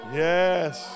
yes